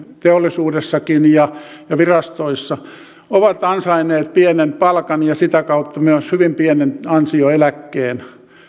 teollisuudessakin ja virastoissa ovat ansainneet pienen palkan ja sitä kautta myös hyvin pienen ansioeläkkeen